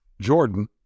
Jordan